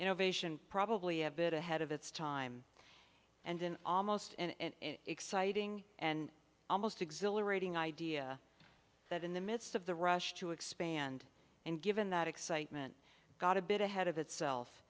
innovation probably have it ahead of its time and then almost and exciting and almost exhilarating idea that in the midst of the rush to expand and given that excitement got a bit ahead of itself